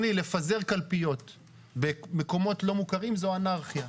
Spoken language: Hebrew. אדוני, לפזר קלפיות במקומות לא מוכרים זו אנרכיה.